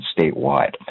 statewide